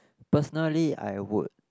personally I would